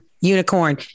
unicorn